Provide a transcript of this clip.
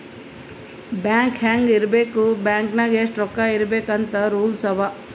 bank ಹ್ಯಾಂಗ್ ಇರ್ಬೇಕ್ bank ನಾಗ್ ಎಷ್ಟ ರೊಕ್ಕಾ ಇರ್ಬೇಕ್ ಅಂತ್ ರೂಲ್ಸ್ ಅವಾ